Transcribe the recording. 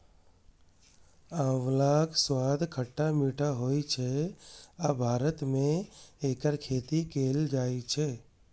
आंवलाक स्वाद खट्टा मीठा होइ छै आ भारत मे एकर खेती कैल जाइ छै